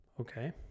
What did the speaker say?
Okay